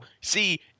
See